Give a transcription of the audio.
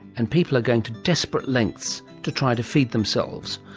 and people are going to desperate lengths to try to feed themselves.